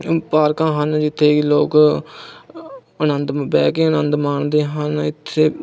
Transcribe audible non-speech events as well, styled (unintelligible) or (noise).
ਪਾਰਕਾਂ ਹਨ ਜਿੱਥੇ ਕਿ ਲੋਕ (unintelligible) ਆਨੰਦ ਬਹਿ ਕੇ ਆਨੰਦ ਮਾਣਦੇ ਹਨ ਇੱਥੇ